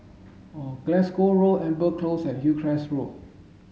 Glasgow Road Amber Close and Hillcrest Road